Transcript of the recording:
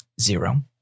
zero